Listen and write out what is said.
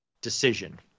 decision